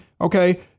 Okay